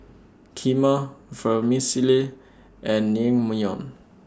Kheema Vermicelli and Naengmyeon